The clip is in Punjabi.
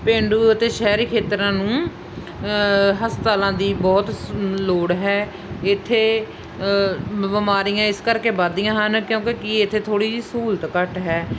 ਪੇਂਡੂ ਅਤੇ ਸ਼ਹਿਰੀ ਖੇਤਰਾਂ ਨੂੰ ਹਸਪਤਾਲਾਂ ਦੀ ਬਹੁਤ ਸ ਲੋੜ ਹੈ ਇੱਥੇ ਬਿਮਾਰੀਆਂ ਇਸ ਕਰਕੇ ਵੱਧਦੀਆਂ ਹਨ ਕਿਉਂਕਿ ਕਿ ਇੱਥੇ ਥੋੜ੍ਹੀ ਜਿਹੀ ਸਹੂਲਤ ਘੱਟ ਹੈ